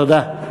תודה.